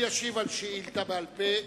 הוא ישיב על שאילתא בעל-פה